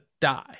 die